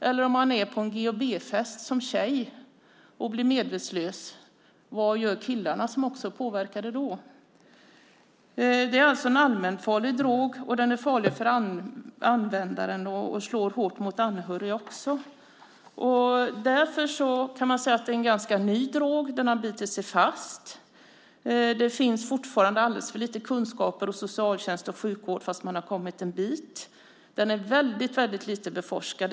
Och om man som tjej är på en GHB-fest och blir medvetslös, vad gör då killarna som också är påverkade? Det är alltså en allmänfarlig drog. Den är farlig för användaren och slår också hårt mot anhöriga. Man kan säga att det är en ganska unik drog. Den har bitit sig fast. Det finns fortfarande alldeles för lite kunskaper hos socialtjänst och sjukvård även om man har kommit en bit på väg. Den är väldigt lite beforskad.